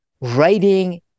writing